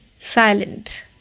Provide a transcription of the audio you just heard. silent